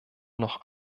noch